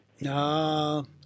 no